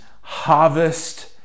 harvest